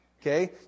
Okay